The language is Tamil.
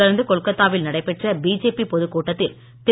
தொடர்ந்து கொல்கத்தாவில் நடைபெற்ற பிஜேபி பொதுக் கூட்டத்தில் திரு